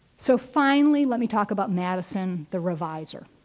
so finally, let me talk about madison the reviser.